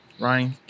Ryan